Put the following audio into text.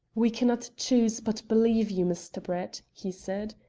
we cannot choose but believe you, mr. brett, he said.